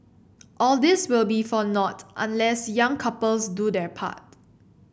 all this will be for naught unless young couples do their part